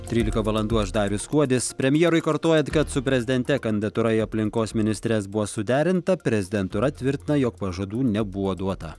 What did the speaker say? trylika valandų aš darius kuodis premjerui kartojant kad su prezidente kandidatūra į aplinkos ministres buvo suderinta prezidentūra tvirtina jog pažadų nebuvo duota